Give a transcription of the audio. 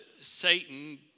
Satan